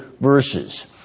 verses